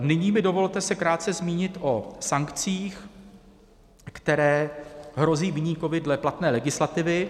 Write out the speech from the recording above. Nyní mi dovolte se krátce zmínit o sankcích, které hrozí viníkovi dle platné legislativy.